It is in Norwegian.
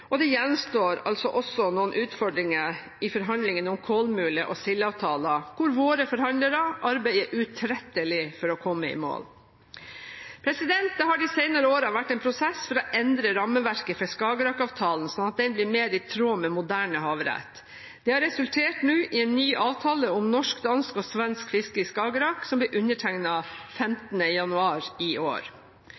sikt. Det gjenstår også noen utfordringer i forhandlingene om kolmule og sildeavtaler, hvor våre forhandlere arbeider utrettelig for å komme i mål. Det har i de senere årene vært en prosess for å endre rammeverket for Skagerrak-avtalen slik at den blir mer i tråd med moderne havrett. Det har nå resultert i en ny avtale om norsk, dansk og svensk fiske i Skagerrak, som ble undertegnet 15. januar i år.